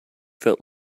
felt